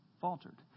faltered